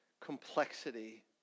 complexity